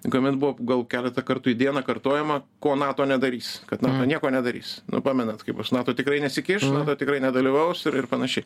kuomet buvo gal keletą kartų į dieną kartojama ko nato nedarys kad nato nieko nedarys nu pamenat kaip aš nato tikrai nesikeis nato tikrai nedalyvaus ir panašiai